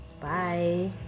Bye